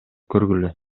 көргүлө